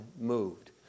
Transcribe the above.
moved